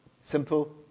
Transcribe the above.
Simple